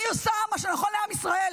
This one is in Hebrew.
אני עושה מה שנכון לעם ישראל,